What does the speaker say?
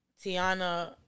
Tiana